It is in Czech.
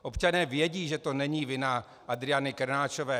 Občané vědí, že to není vina Adriany Krnáčové.